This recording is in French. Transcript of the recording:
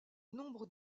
nombre